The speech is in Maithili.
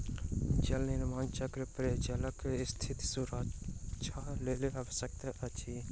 जल निर्माण चक्र पेयजलक स्थिति सुधारक लेल आवश्यक अछि